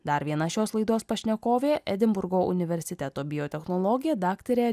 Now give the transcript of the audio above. dar viena šios laidos pašnekovė edinburgo universiteto biotechnologė daktarė